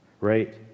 right